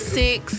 six